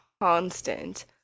constant